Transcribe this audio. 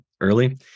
early